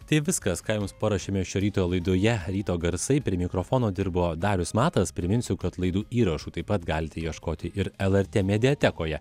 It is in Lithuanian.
tai viskas ką jums paruošėme šio ryto laidoje ryto garsai prie mikrofono dirbo darius matas priminsiu kad laidų įrašų taip pat galite ieškoti ir lrt mediatekoje